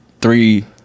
three